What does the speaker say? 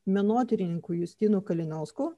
menotyrininku justinu kalinausku